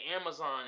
Amazon